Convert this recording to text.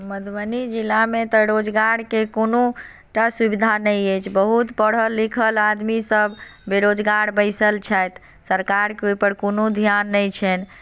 मधुबनी जिलामे तऽ रोजगारके कोनो टा सुविधा नहि अछि बहुत पढ़ल लिखल आदमीसभ बेरोजगार बैसल छथि सरकारके ओहिपर कोनो ध्यान नहि छनि